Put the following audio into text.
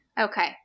okay